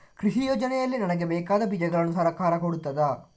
ಕೃಷಿ ಯೋಜನೆಯಲ್ಲಿ ನನಗೆ ಬೇಕಾದ ಬೀಜಗಳನ್ನು ಸರಕಾರ ಕೊಡುತ್ತದಾ?